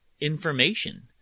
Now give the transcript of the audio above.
information